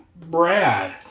Brad